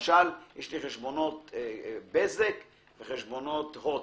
אם יש לי חשבונות ששילמתי לבזק ולהוט,